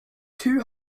two